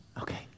okay